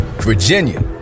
Virginia